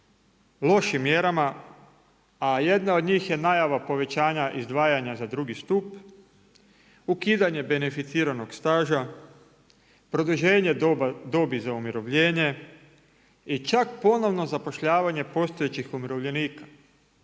lošim mjerama, a jedna od njih je najava povećanja izdvajanja za drugi stup, ukidanje beneficiranog staža, produženje dobi za umirovljenje, i čak ponovno zapošljavanje postojećih umirovljenika.